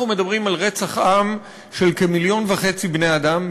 אנחנו מדברים על רצח עם של כמיליון וחצי בני-אדם.